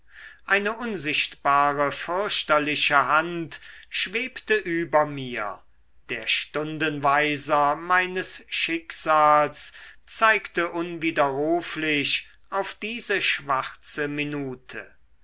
eine unsichtbare fürchterliche hand schwebte über mir der stundenweiser meines schicksals zeigte unwiderruflich auf diese schwarze minute